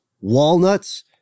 walnuts